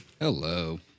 Hello